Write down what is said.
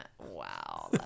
wow